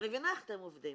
אני מבינה איך אתם ע ובדים,